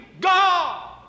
God